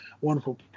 wonderful